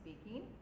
speaking